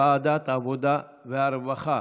לוועדת העבודה והרווחה